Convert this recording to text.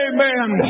Amen